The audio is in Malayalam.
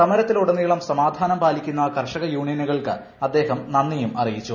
സമരത്തിൽ ഉടനീളം സമാധാനം പാലിക്കുന്ന കർഷക യൂണിയനുകൾക്ക് അദ്ദേഹ് ്ന്ദിയും അറിയിച്ചു